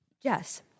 yes